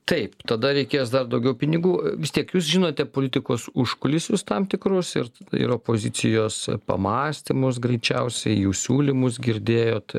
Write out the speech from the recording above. taip tada reikės dar daugiau pinigų vis tiek jūs žinote politikos užkulisius tam tikrus ir ir opozicijos pamąstymus greičiausiai jų siūlymus girdėjote